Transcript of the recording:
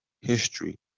history